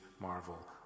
Marvel